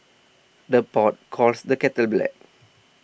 the pot calls the kettle black